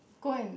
go and